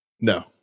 No